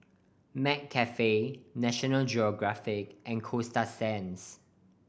McCafe National Geographic and Coasta Sands